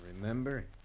remember